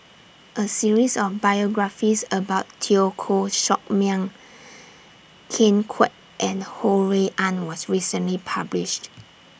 A series of biographies about Teo Koh Sock Miang Ken Kwek and Ho Rui An was recently published